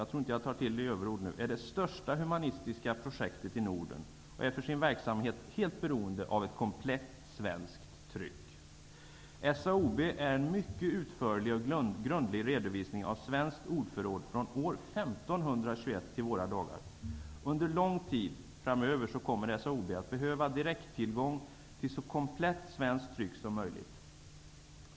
Jag tror inte att jag tar till i överkant om jag säger att SAOB är det största humanistiska projektet i Norden, och det är för sin verksamhet helt beroende av ett komplett svenskt tryck. SAOB är en mycket utförlig och grundlig redovisning av svenskt ordförråd från år 1521 till våra dagar. Under lång tid framöver kommer SAOB att behöva direkt tillgång till ett så komplett svenskt tryck som möjligt.